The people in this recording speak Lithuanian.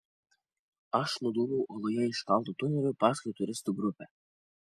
aš nudūmiau uoloje iškaltu tuneliu paskui turistų grupę